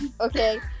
Okay